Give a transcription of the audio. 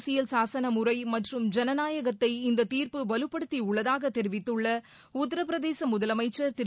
அரசியல் சாசன முறை மற்றும் ஜனநாயகத்தை இந்த தீர்ப்பு வலுப்படுத்தி உள்ளதாக தெரிவித்துள்ள உத்தரப்பிரதேச முதலமைச்சர் திரு